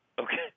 Okay